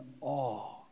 awe